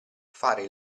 fare